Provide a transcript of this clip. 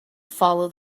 follow